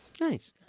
Nice